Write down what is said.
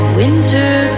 winter